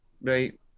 right